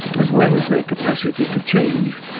as well as their capacity to change,